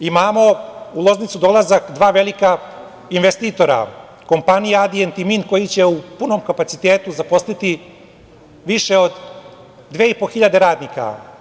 Imamo u Loznicu dolazak dva velika investitora, kompanije „Adient“ i „Mint“, koje će u punom kapacitetu zaposliti više od 2,5 hiljade radnika.